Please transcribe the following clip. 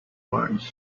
burns